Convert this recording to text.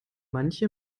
manche